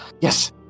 yes